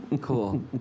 Cool